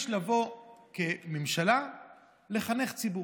יש לבוא כממשלה לחנך ציבור,